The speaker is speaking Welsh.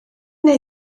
neu